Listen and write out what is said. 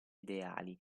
ideali